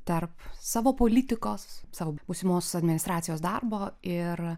tarp savo politikos savo būsimos administracijos darbo ir